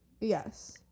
yes